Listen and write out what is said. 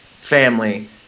family